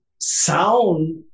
sound